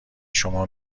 شما